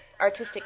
artistic